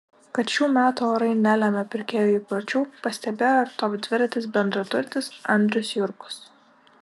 kad šiu metų orai nelėmė pirkėjų įpročių pastebėjo ir top dviratis bendraturtis andrius jurkus